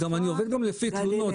אני עובד גם לפי תלונות,